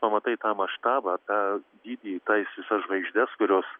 pamatai tą maštabą tą dydį tais visas žvaigždes kurios